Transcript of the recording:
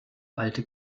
alte